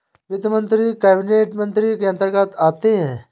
वित्त मंत्री कैबिनेट मंत्री के अंतर्गत आते है